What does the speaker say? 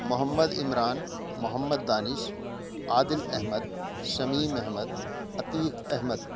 Muhammad Imran Muhammad Danish Adil Ahmad Shamim Ahmad Atiq Ahmad